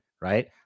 right